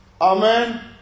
Amen